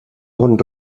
bon